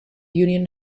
union